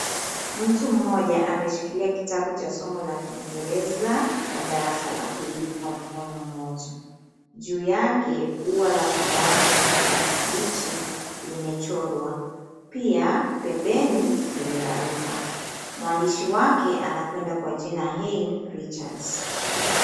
Mtu moja ameshikilia kitabu cha somo la kingereza la darasa la pili kwa mkono mmoja. Juu yake ua la samawati na kijani kibichi limechorwa. Pia pembeni kimeraruka. Mwandishi wake anakwenda kwa jina Hey Richards.